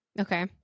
okay